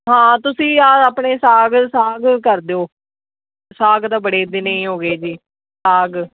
ਹਾਂ ਤੁਸੀ ਯਾਰ ਆਪਣੇ ਸਾਗ ਸਾਗ ਕਰ ਦਿਓ ਸਾਗ ਤਾਂ ਬੜੇ ਦਿਨ ਹੋ ਗਏ ਜੀ ਸਾਗ